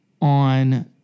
on